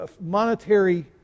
monetary